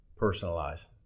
personalize